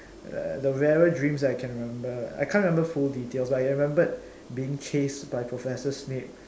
the rarer dreams I can remember I can't remember full details but I remembered being chased by Professor-Snape